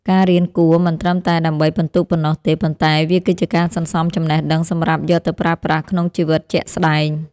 ការរៀនគួរមិនត្រឹមតែដើម្បីពិន្ទុប៉ុណ្ណោះទេប៉ុន្តែវាគឺជាការសន្សំចំណេះដឹងសម្រាប់យកទៅប្រើប្រាស់ក្នុងជីវិតជាក់ស្តែង។